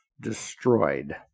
destroyed